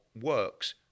works